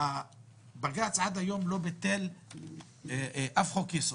בג"ץ עד היום לא ביטל אף חוק-יסוד,